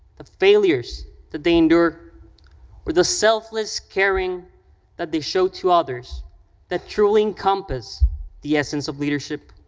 the failures that they endure, or the selfless caring that they show to others that truly encompass the essence of leadership?